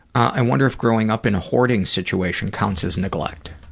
i wonder if growing up in hoarding situations counts as neglect?